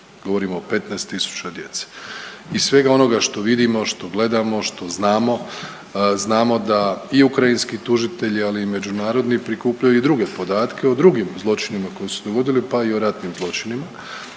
Govorim o 15000 djece. Iz svega onoga što vidimo, što gledamo, što znamo, znamo da i ukrajinski tužitelji ali i međunarodni prikupljaju i druge podatke o drugim zločinima koji su se dogodili, pa i o ratnim zločinima.